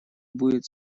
будет